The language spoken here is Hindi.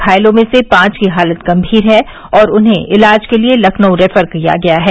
घायलों में से पांच की हालत गंभीर है और उन्हें इलाज के लिए लखनऊ रेफर किया गया है